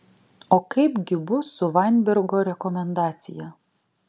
o kaip gi bus su vainbergo rekomendacija